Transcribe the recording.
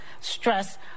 stress